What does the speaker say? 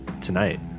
tonight